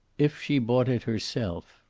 if she bought it herself!